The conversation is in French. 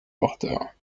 porteurs